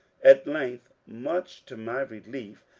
at length, much to my relief,